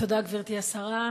תודה, גברתי השרה.